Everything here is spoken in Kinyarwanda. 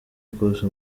kose